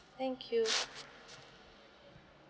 thank you